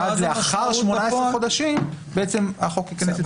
ואז לאחר 18 חודשים, החוק ייכנס לתוקפו המלא.